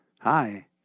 Hi